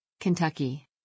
Kentucky